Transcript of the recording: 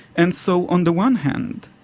and so, on the one hand,